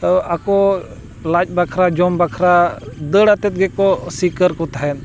ᱛᱚ ᱟᱠᱚ ᱞᱟᱡ ᱵᱟᱠᱷᱨᱟ ᱡᱚᱢ ᱵᱟᱠᱷᱨᱟ ᱫᱟᱹᱲ ᱟᱛᱮᱫ ᱜᱮᱠᱚ ᱥᱤᱠᱟᱹᱨ ᱠᱚ ᱛᱟᱦᱮᱸᱫ